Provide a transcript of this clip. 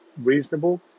reasonable